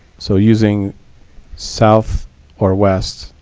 so using south or west,